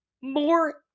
more